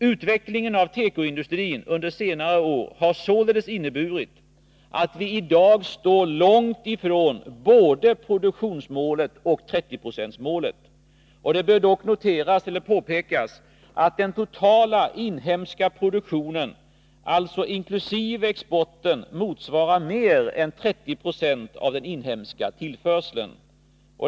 Utvecklingen av tekoindustrin under senare år har således inneburit att vi i dag står långt ifrån både produktionsmålet och 30-procentsmålet. Det bör dock påpekas att den totala inhemska produktionen — alltså inkl. exporten — motsvarar mer än 30 Zo av den inhemska tillförseln.